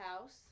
house